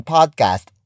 Podcast